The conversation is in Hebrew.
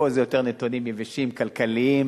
פה זה יותר נתונים יבשים, כלכליים,